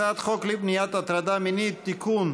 הצעת חוק למניעת הטרדה מינית (תיקון,